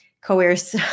coerce